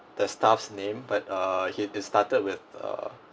the staff's name but err he is started with err